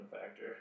factor